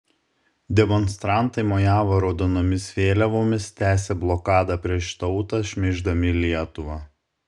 demonstrantai mojavo raudonomis vėliavomis tęsė blokadą prieš tautą šmeiždami lietuvą